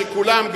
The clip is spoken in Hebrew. כשכולם,